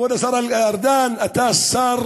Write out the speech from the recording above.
כבוד השר ארדן, אתה שר